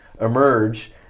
emerge